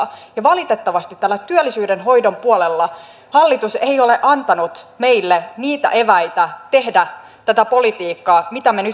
ja valitettavasti täällä työllisyyden hoidon puolella hallitus ei ole antanut meille niitä eväitä tehdä tätä politiikkaa mitä me nyt tarvitsisimme